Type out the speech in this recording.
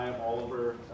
Oliver